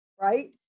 right